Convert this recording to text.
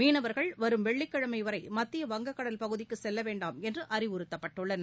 மீனவர்கள் வரும் வெள்ளிக்கிழமை வரை மத்திய வங்கக் கடல் பகுதிக்கு செல்லவேண்டாம் என்று அறிவுறுத்தப்பட்டுள்ளனர்